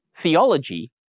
theology